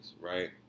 right